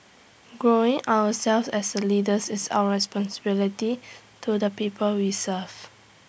growing ourselves as leaders is our responsibility to the people we serve